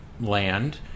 land